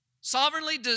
sovereignly